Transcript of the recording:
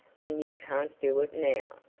and you can't do it now.